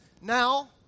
Now